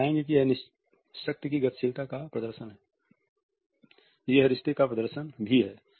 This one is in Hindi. तो आप पाएंगे कि यह शक्ति की गतिशीलता का प्रदर्शन है यह रिश्ते का प्रदर्शन भी है